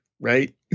right